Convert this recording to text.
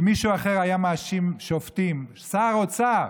אם מישהו אחר היה מאשים שופטים, שר אוצר